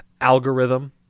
algorithm